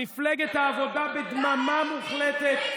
מפלגת העבודה בדממה מוחלטת.